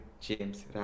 James